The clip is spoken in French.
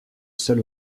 seul